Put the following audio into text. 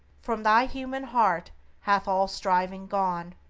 from thy human heart hath all striving gone,